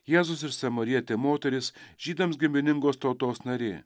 jėzus ir samarietė moteris žydams giminingos tautos narė